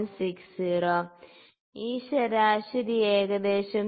60 ഈ ശരാശരി ഏകദേശം 3